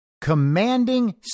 commanding